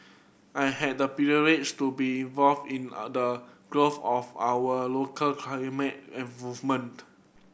I had the privilege to be involved in the growth of our local climate movement